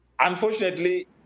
Unfortunately